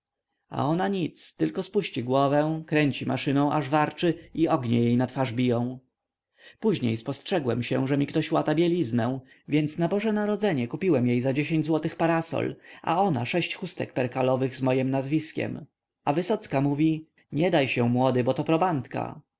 a ona nic tylko spuści głowę kręci maszyną aż warczy i ognie jej na twarz biją później spostrzegłem się że mi ktoś łata bieliznę więc na boże narodzenie kupiłem jej za dziesięć złotych parasol a ona sześć chustek perkalowych z mojem nazwiskiem a wysocka mówi nie daj się młody bo to